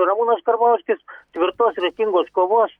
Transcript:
ramūnas karbauskis tvirtos ryžtingos kovos